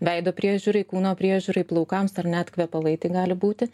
veido priežiūrai kūno priežiūrai plaukams ar net kvepalai tai gali būti